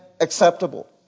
acceptable